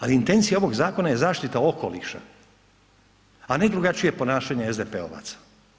Ali intencija ovog zakona je zaštita okoliša a ne drugačije ponašanje SDP-ovaca.